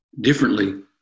differently